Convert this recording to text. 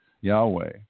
Yahweh